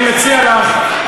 אני מציע לך,